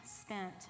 spent